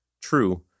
True